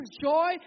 joy